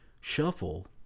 shuffle